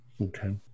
okay